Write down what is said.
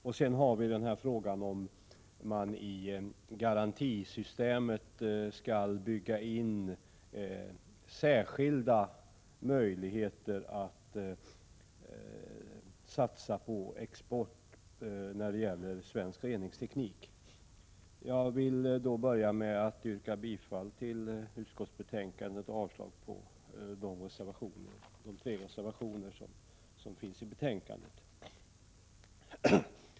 Vi har också frågan om man i garantisystemet skall bygga in särskilda möjligheter att satsa på export av svensk reningsteknik. Jag vill börja med att yrka bifall till utskottets hemställan och avslag på de tre reservationer som finns fogade till betänkandet.